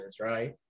right